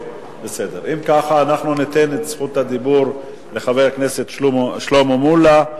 אם כך, ניתן את זכות הדיבור לחבר הכנסת שלמה מולה.